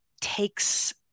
takes